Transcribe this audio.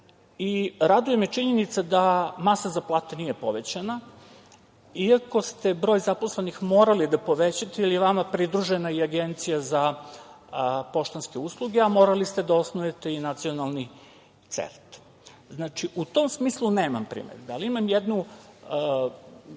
Raduje me činjenica da masa za plate nije povećana, iako ste broj zaposlenih morali da povećate jer je vama pridružena i Agencija za poštanske usluge, a morali ste da osnujete i Nacionalni CERT.Znači, u tom smislu nemam primedbe, ali imam jednu